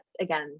again